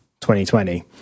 2020